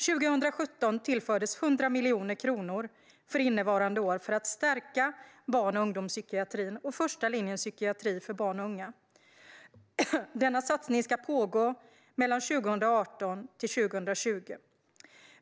År 2017 tillfördes 100 miljoner kronor för innevarande år för att stärka barn och ungdomspsykiatrin och första linjens psykiatri för barn och unga. Denna satsning ska pågå under 2018-2020.